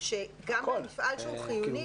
שגם במפעל שהוא חיוני,